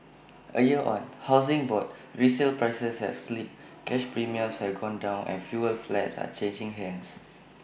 A year on Housing Board resale prices have slipped cash premiums have gone down and fewer flats are changing hands